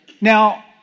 Now